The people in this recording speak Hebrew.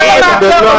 אתה לא מאפשר לו.